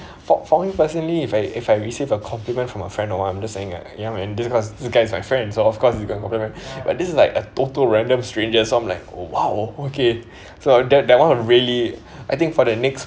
for for me personally if I if I receive a compliment from a friend or what I'm just saying ah ya man this cause this guy's my friend so of course you can compliment but this is like a total random stranger so I'm like oh !wow! okay so that that [one] was really I think for the next